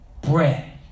bread